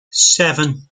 seven